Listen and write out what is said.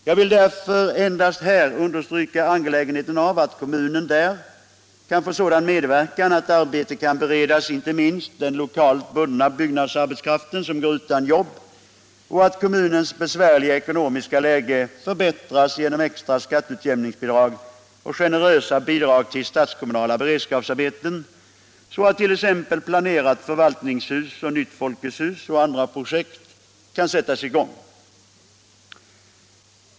Jag vill därför här endast understryka angelägenheten av att kommunen där kan få sådan medverkan att arbete kan beredas inte minst den lokalt bundna arbetskraft som går utan jobb och att kommunens besvärliga ekonomiska läge förbättras genom extra skatteutjämningsbidrag och generösa bidrag till statskommunala beredskapsarbeten så att t.ex. planerat förvaltningshus, nytt Folkets hus och andra projekt kan sättas i gång.